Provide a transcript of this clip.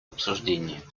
обсуждении